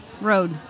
road